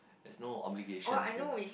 there's no obligation to